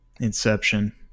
Inception